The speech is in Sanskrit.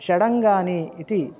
षडङ्गानि इति